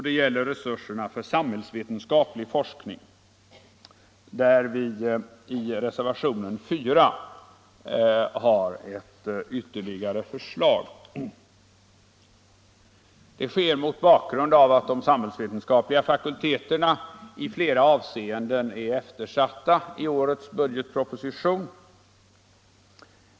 Det gäller resurserna för samhällsvetenskaplig forskning, där vi i reservationen 4 har ett ytterligare förslag. Det sker mot bakgrund av att de samhällsvetenskapliga fakulteterna i flera avseenden är eftersatta i årets budgetproposition.